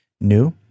new